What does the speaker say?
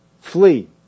flee